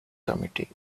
committee